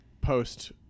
post